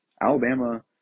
Alabama